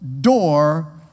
door